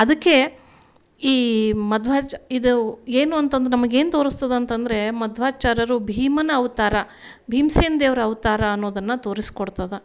ಅದಕ್ಕೆ ಈ ಮಧ್ವಾಚ್ ಇದು ಏನು ಅಂತಂದ್ರೆ ನಮಗೇನು ತೋರಿಸ್ತದೆ ಅಂತಂದರೆ ಮಧ್ವಾಚಾರ್ಯರು ಭೀಮನ ಅವತಾರ ಭೀಮ್ಸೇನ ದೇವ್ರ ಅವತಾರ ಅನ್ನೋದನ್ನು ತೋರಿಸ್ಕೊಡ್ತದೆ